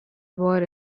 were